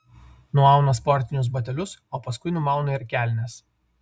nuauna sportinius batelius o paskui numauna ir kelnes